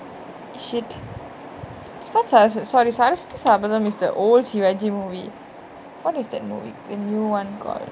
shit sasa~ sorry sarasvathisabatham is the old sivaaji movie what is that movie the new one called